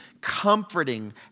comforting